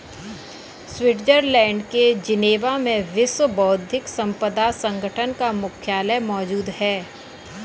Switzerland के Geneva में विश्व बौद्धिक संपदा संगठन का मुख्यालय मौजूद है